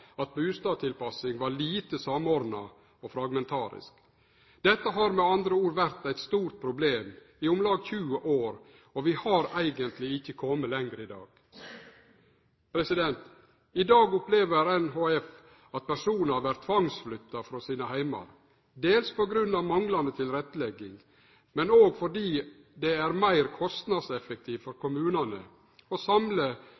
at bustadstilpassing var lite samordna og fragmentarisk. Dette har med andre ord vore eit stort problem i om lag 20 år, og vi har eigentleg ikkje kome lenger i dag. I dag opplever NHF at personar vert tvangsflytta frå heimane sine, dels på grunn av manglande tilrettelegging, men òg fordi det er meir kostnadseffektivt for kommunane å samle